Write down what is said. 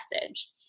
message